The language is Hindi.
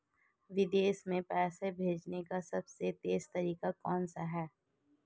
विदेश में पैसा भेजने का सबसे तेज़ तरीका कौनसा है?